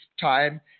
time